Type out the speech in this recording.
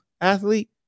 athlete